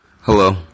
Hello